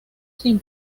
sin